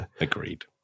agreed